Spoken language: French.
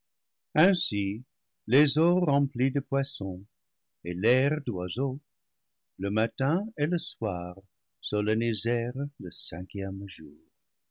ainsi les eaux remplies de poissons et l'air d'oiseaux le matin et le soir solennisèrent le cinquième jour